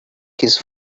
kiss